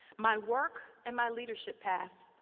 my work and my leadership path.